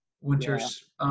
Winter's